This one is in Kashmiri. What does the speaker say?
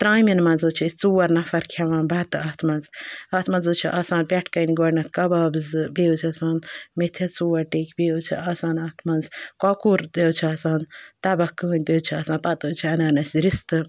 ترٛامٮ۪ن منٛز حظ چھِ أسۍ ژور نفر کھٮ۪وان بَتہٕ اَتھ منٛز اَتھ منٛز حظ چھِ آسان پٮ۪ٹھٕ کَنۍ گۄڈنٮ۪تھ کَباب زٕ بیٚیہِ حظ چھِ آسان میتھٮ۪س ژور ٹیٚکۍ بیٚیہِ حظ چھِ آسان اَتھ منٛز کۄکُر تہِ حظ چھِ آسان تَبَکھ کٲنۍ تہِ حظ چھِ آسان پَتہٕ حظ چھِ اَنان اَسہِ رِستہٕ